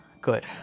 Good